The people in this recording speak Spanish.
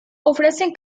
ofrecen